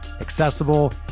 accessible